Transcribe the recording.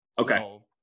Okay